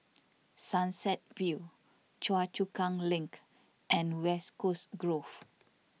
Sunset View Choa Chu Kang Link and West Coast Grove